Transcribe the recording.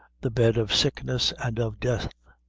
the bed of sickness and of death.